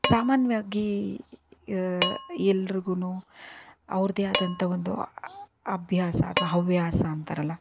ಸಾಮಾನ್ಯವಾಗಿ ಎಲ್ರಿಗುನೂ ಅವ್ರದ್ದೇ ಆದಂತಹ ಒಂದು ಅಭ್ಯಾಸ ಅಥವಾ ಹವ್ಯಾಸ ಅಂತಾರಲ್ಲ